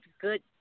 good